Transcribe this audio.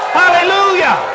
hallelujah